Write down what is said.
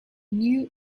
knew